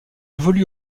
évolue